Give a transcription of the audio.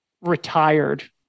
retired